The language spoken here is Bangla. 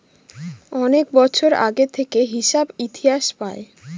অনেক বছর আগে থেকে হিসাব ইতিহাস পায়